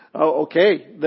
okay